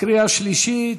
קריאה שלישית.